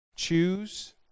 choose